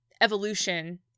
evolution